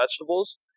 vegetables